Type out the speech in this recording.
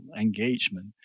engagement